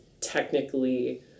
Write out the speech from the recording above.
technically